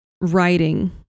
writing